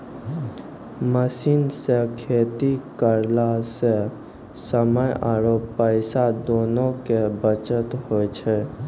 machine सॅ खेती करला स समय आरो पैसा दोनों के बचत होय छै